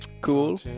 Cool